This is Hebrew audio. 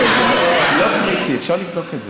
זה לא קריטי, אפשר לבדוק את זה.